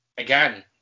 again